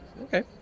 Okay